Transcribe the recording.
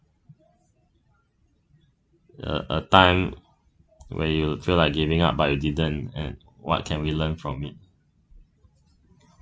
a a time when you feel like giving up but you didn't and what can we learn from it